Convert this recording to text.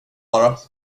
bara